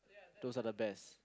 those are the best